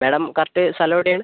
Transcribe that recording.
madam correct സ്ഥലം എവിടെയാണ്